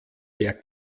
der